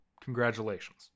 Congratulations